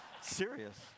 Serious